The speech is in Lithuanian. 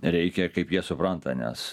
reikia kaip jie supranta nes